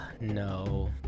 No